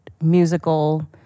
musical